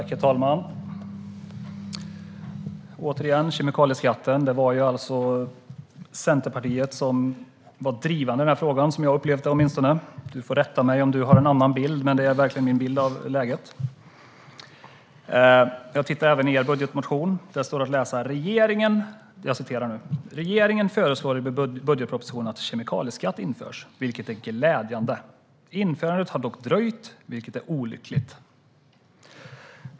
Herr talman! Jag vill återigen tala om kemikalieskatten. Centerpartiet var drivande i den frågan. Åtminstone upplevde jag det så. Du får rätta mig om du har en annan bild, Helena Lindahl. Men det är verkligen min bild. I er budgetmotion skriver ni att regeringen föreslår i budgetpropositionen att kemikalieskatt införs, vilket är glädjande. Införandet har dock dröjt, vilket är olyckligt.